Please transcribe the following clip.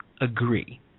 agree